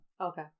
Okay